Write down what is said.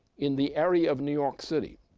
in the area of new york city.